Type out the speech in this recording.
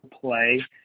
play